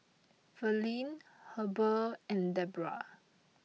Verlie Heber and Debra